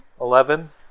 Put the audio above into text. Eleven